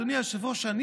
אדוני היושב-ראש,